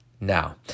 Now